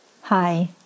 Hi